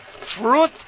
Fruit